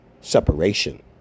separation